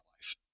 life